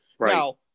Now